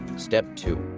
step two.